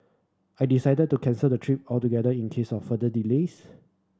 I decided to cancel the trip altogether in case of further delays